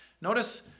Notice